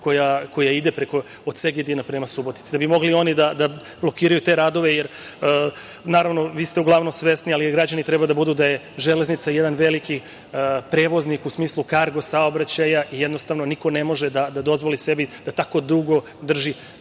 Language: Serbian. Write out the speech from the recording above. koja ide od Segedina prema Subotici, da bi mogli oni da blokiraju te radove. Naravno, vi ste uglavnom svesni, ali i građani treba da budu da je železnica jedan veliki prevoznik u smislu kargo saobraćaja i, jednostavno, niko ne može da dozvoli sebi da tako dugo drži